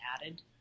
added